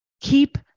Keep